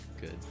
good